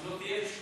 הוא לא בבניין.